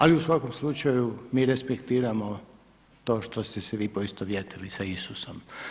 Ali u svakom slučaju mi respektiramo to što ste se vi poistovjetili sa Isusom.